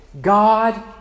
God